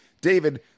David